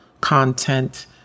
content